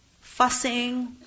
fussing